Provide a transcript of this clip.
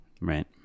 Right